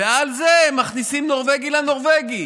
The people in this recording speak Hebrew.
ועל זה מכניסים נורבגי לנורבגי.